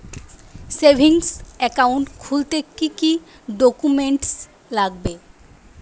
Savings account খুলতে কি কি ডকুমেন্টস লাগবে?